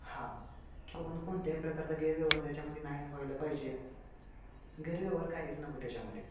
हां की बाबांनो किंवा म्हणू कोणत्याही प्रकारचा गैरव्यवहार त्याच्यामध्ये नाही व्हायला पाहिजे गैरव्यवहार काहीच नको त्याच्यामध्ये